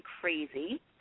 Crazy